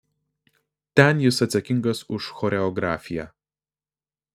ten jis atsakingas už choreografiją